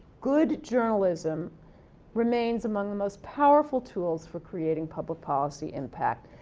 good journalism remains among the most powerful tools for creating public policy impact.